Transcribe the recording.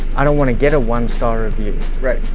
i don't want to get a one-star review right.